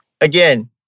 Again